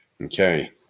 Okay